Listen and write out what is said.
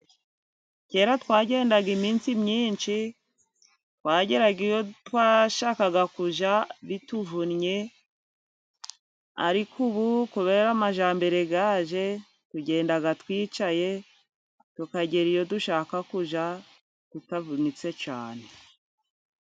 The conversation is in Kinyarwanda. Kera twagenda iminsi myinshi, twageraga iyo twashakaga kujya bituvunnye ariko ubu kubera amajyambere yaje, tugenda twicaye, tukagera iyo dushaka kujya tutavunitse cyane.